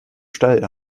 steil